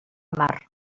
mar